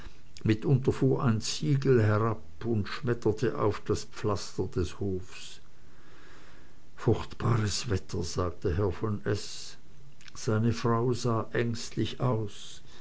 fuhr ein ziegel hinab und schmetterte auf das pflaster des hofes furchtbares wetter sagte herr von s seine frau sah ängstlich aus